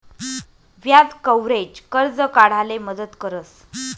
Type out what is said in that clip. व्याज कव्हरेज, कर्ज काढाले मदत करस